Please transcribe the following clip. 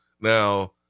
now